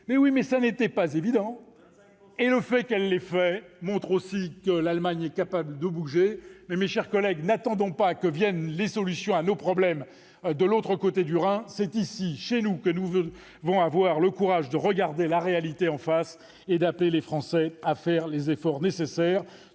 ! Mais ce n'était pas évident ! Et le fait qu'elle l'ait fait montre aussi que l'Allemagne est capable de bouger. Mes chers collègues, n'attendons pas que les solutions à nos problèmes viennent de l'autre côté du Rhin. C'est ici, chez nous, que nous devons avoir le courage de regarder la réalité en face et d'appeler les Français à faire les efforts nécessaires.